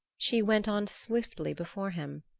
she went on swiftly before him.